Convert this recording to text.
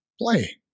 play